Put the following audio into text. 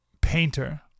painter